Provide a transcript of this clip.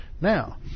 now